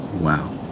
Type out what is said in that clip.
Wow